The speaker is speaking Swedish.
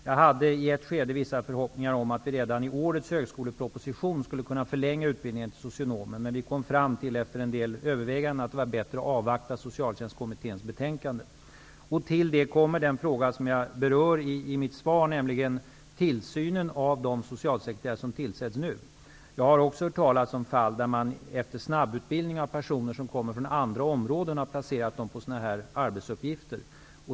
Jag hade i ett skede vissa förhoppningar om att redan i årets högskoleproposition kunna föreslå en förlängning av utbildningen av socionomer, men vi kom efter en del överväganden fram till att det var bättre att avvakta socialtjänstkommitténs betänkande. Till detta kommer den fråga som jag berör i mitt svar, nämligen tillsynen av de socialsekreterare som tillsätts nu. Också jag har hört talas om fall där personer som kommer från andra områden efter snabbutbildning har placerats på sådana här arbetsuppgifter.